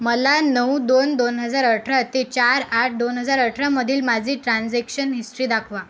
मला नऊ दोन दोन हजार अठरा ते चार आठ दोन हजार अठरामधील माझी ट्रान्झेक्शन हिस्ट्री दाखवा